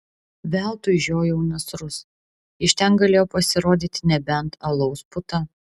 veltui žiojau nasrus iš ten galėjo pasirodyti nebent alaus puta